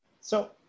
So-